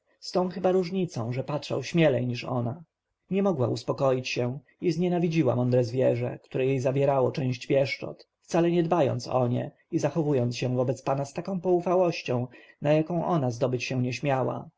z tą chyba różnicą że patrzył śmielej niż ona nie mogła uspokoić się i znienawidziła mądre zwierzę które jej zabierało część pieszczot wcale nie dbając o nie i zachowując się wobec pana z taką poufałością na jaką ona zdobyć się nie